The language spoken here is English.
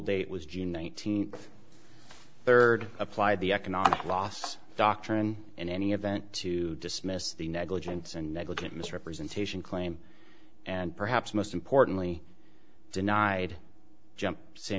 date was june nineteenth third applied the economic loss doctrine in any event to dismiss the negligence and negligent misrepresentation claim and perhaps most importantly denied jump san